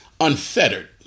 unfettered